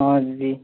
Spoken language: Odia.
ହଁ ଦିଦି